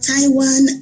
Taiwan